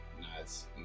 Nice